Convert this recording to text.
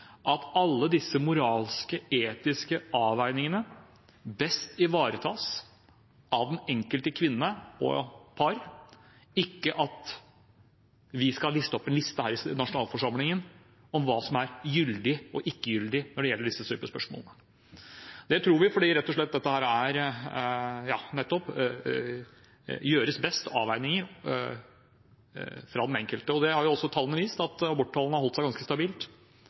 at alle disse moralske, etiske avveiningene best ivaretas av den enkelte kvinne og det enkelte par – at ikke vi her i nasjonalforsamlingen skal komme med en liste over hva som er gyldig og ikke gyldig når det gjelder disse spørsmålene. Vi tror rett og slett at den enkelte her best kan gjøre avveininger. Det har vist seg at aborttallene har holdt seg ganske